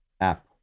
app